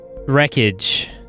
wreckage